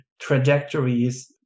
trajectories